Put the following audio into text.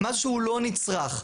משהו שהוא לא נצרך.